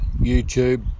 YouTube